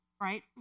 right